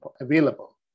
available